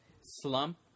slump